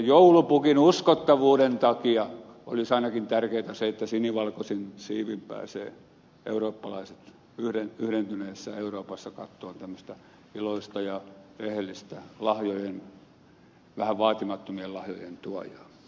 joulupukin uskottavuuden takia olisi ainakin tärkeätä se että sinivalkoisin siivin pääsevät eurooppalaiset yhdentyneessä euroopassa katsomaan tämmöistä iloista ja rehellistä vähän vaatimattomien lahjojen tuojaa